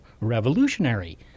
revolutionary